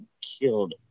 killed